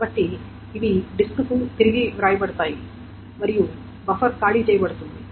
కాబట్టి ఇవి డిస్క్కి తిరిగి వ్రాయబడతాయి మరియు బఫర్ ఖాళీ చేయబడుతుంది